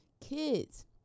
Kids